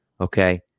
Okay